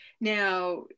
now